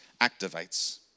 activates